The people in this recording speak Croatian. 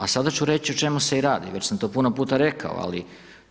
A sada ću reći o čemu se i radi, već sam to puno puta rekao ali